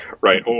Right